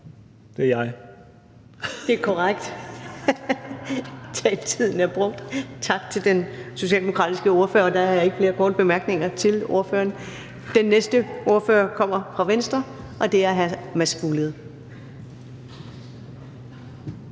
Ellemann): Det er korrekt. Taletiden er brugt. Tak til den socialdemokratiske ordfører. Og der er ikke flere korte bemærkninger til ordføreren. Den næste ordfører kommer fra Venstre, og det er hr. Mads Fuglede.